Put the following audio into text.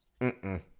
Mm-mm